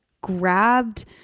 grabbed